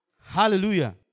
Hallelujah